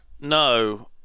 No